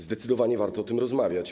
Zdecydowanie warto o tym rozmawiać.